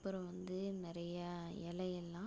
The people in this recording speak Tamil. அப்பறம் வந்து நிறைய இலையெல்லாம்